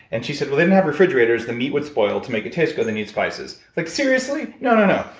and she said, well, they didn't have refrigerators the meat would spoil, to make it taste good they needed spices. like seriously? no, no, no,